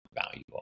valuable